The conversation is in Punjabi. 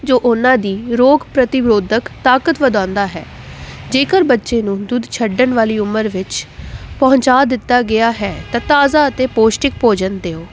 ਜੋ ਉਹਨਾਂ ਦੀ ਰੋਕ ਪ੍ਰਤੀਰੋਧਕ ਤਾਕਤ ਵਧਾਉਂਦਾ ਹੈ ਜੇਕਰ ਬੱਚੇ ਨੂੰ ਦੁੱਧ ਛੱਡਣ ਵਾਲੀ ਉਮਰ ਵਿੱਚ ਪਹੁੰਚਾ ਦਿੱਤਾ ਗਿਆ ਹੈ ਤਾਂ ਤਾਜ਼ਾ ਅਤੇ ਪੋਸ਼ਟਿਕ ਭੋਜਨ ਦਿਓ